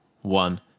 One